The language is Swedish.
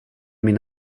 min